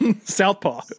Southpaw